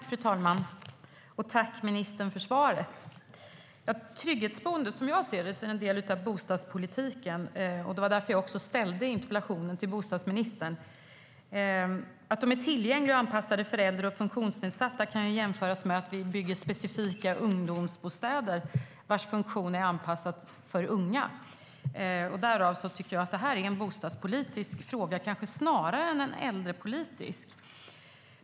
Fru talman! Tack, ministern, för svaret! Trygghetsboende är, som jag ser det, en del av bostadspolitiken. Det var därför jag ställde interpellationen till bostadsministern. Att bostäderna är tillgängliga för och anpassade till äldre och funktionsnedsatta kan jämföras med att vi bygger specifika ungdomsbostäder som är anpassade till unga. Därför tycker jag att detta är en bostadspolitisk fråga snarare än en äldrepolitisk.